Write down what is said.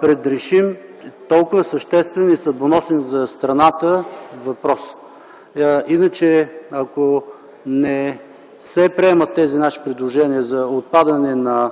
предрешим толкова съществен и съдбоносен за страната въпрос. Иначе, ако не се приемат тези наши предложения за отпадане на